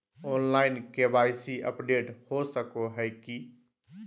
Online KYC update हो सको है की?